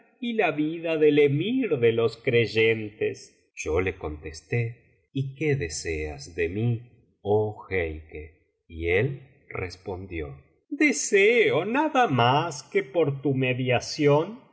y la vida del emir de los creyentes yo le contesté y qué deseas de mí oh jeique y él respondió deseo nada más que por tu mediación